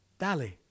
Dali